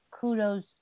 kudos